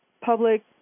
public